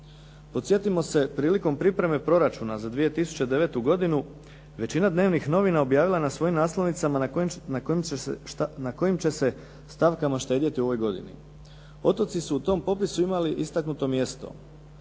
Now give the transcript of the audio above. Podsjetimo se prilikom pripreme proračuna za 2009. godinu većina dnevnih novina objavila je na svojim naslovnicama na kojim će se stavkama štedjeti u ovoj godini. Otoci su u tom popisu imali istaknuto mjesto.